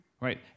right